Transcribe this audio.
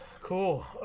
Cool